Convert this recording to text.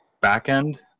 back-end